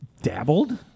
dabbled